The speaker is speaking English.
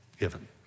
given